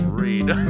read